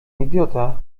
idiota